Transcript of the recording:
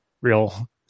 real